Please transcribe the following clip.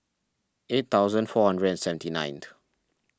eight thousand four hundred and seventy ninth